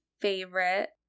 favorite